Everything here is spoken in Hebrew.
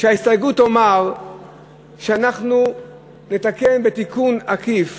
וההסתייגות תאמר שאנחנו נתקן בתיקון עקיף